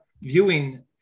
viewing